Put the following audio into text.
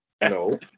No